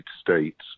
States